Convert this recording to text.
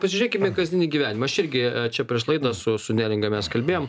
pažiūrėkim į kasdienį gyvenimą aš irgi čia prieš laidą su su neringa mes kalbėjom